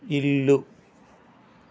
ఇల్లు